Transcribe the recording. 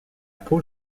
peau